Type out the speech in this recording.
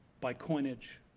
by coinage,